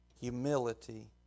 Humility